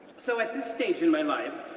so at this stage in my life,